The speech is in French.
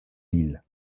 lille